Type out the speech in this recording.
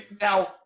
now